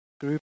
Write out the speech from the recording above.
group